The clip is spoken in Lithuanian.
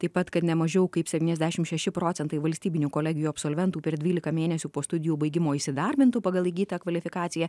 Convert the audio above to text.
taip pat kad nemažiau kaip septyniasdešim šeši procentai valstybinių kolegijų absolventų per vylika mėnesių po studijų baigimo įsidarbintų pagal įgytą kvalifikaciją